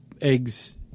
eggs